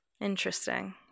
Interesting